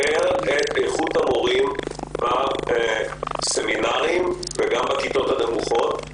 את איכות המורים בסמינרים וגם בכיתות הנמוכות,